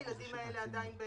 הילדים האלה לא תמיד רשומים,